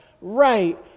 right